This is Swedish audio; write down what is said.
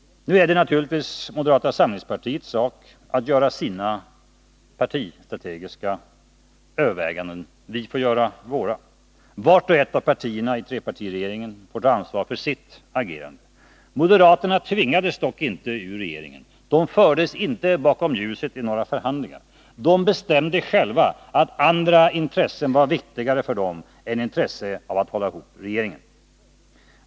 Nu är det naturligtvis moderata samlingspartiets sak att göra sina partistrategiska överväganden, vi får göra våra. Vart och ett av partierna i trepartiregeringen får ta ansvar för sitt agerande. Moderaterna tvingades dock inte ut ur regeringen. De fördes inte bakom ljuset i några förhandlingar. De bestämde själva att andra intressen var viktigare för dem än intresset av att hålla ihop regeringen.